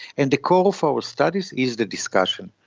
and the core for our studies is the discussion,